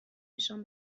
نشان